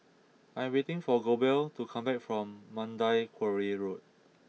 I am waiting for Goebel to come back from Mandai Quarry Road